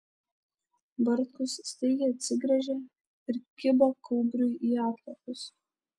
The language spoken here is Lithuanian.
bartkus staigiai atsigręžė ir kibo kaubriui į atlapus